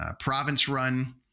province-run